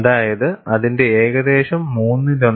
അതായത് അതിന്റെ ഏകദേശം മൂന്നിലൊന്ന്